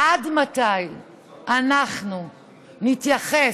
עד מתי אנחנו נתייחס,